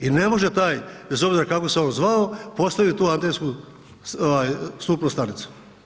I ne može taj, bez obzira kako se on zvao postaviti tu antensku stupnu stanicu.